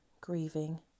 grieving